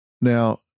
Now